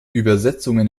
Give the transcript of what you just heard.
übersetzungen